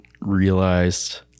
realized